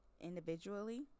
individually